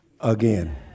Again